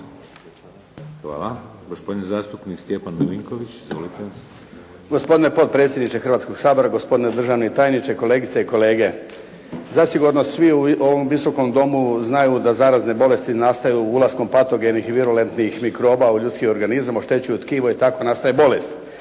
(HDZ)** Gospodine potpredsjedniče Hrvatskog sabora, gospodine državni tajniče, kolegice i kolege. Zasigurno svi u ovom Visokom domu znaju da zarazne bolesti nastaju ulaskom patogenih i virulentnih mikroba u ljudski organizam, oštećuju tkivo i tako nastaje bolest.